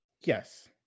Yes